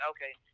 Okay